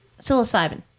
Psilocybin